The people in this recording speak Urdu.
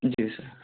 جی سر